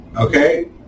Okay